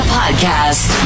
podcast